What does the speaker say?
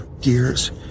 gears